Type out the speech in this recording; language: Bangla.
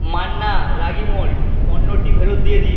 মান্না রাগি মল্ট পণ্যটি ফেরত দিয়ে দিন